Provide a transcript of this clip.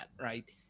right